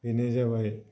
बेनो जाबाय